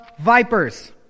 vipers